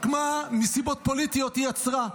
רק מה, מסיבות פוליטיות היא עצרה.